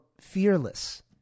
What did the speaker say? fearless